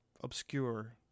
obscure